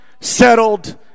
settled